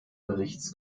berichts